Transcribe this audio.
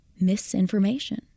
misinformation